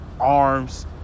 arms